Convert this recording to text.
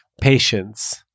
patience